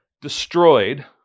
destroyed